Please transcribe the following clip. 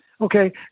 okay